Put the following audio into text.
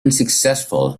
unsuccessful